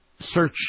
search